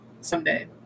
Someday